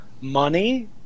money